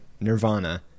Nirvana